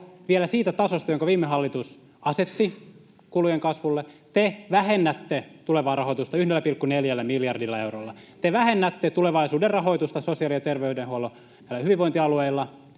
vielä siitä tasosta, jonka viime hallitus asetti kulujen kasvulle, te vähennätte tulevaa rahoitusta 1,4 miljardilla eurolla. Te vähennätte tulevaisuuden rahoitusta sosiaali- ja terveydenhuollosta hyvinvointialueilla